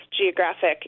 geographic